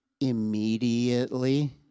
immediately